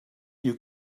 you